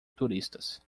turistas